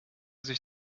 sich